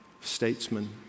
statesman